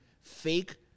fake